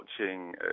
watching